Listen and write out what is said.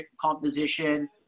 composition